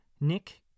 Nick